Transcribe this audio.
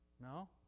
No